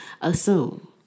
assume